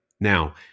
Now